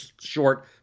short